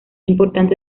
importante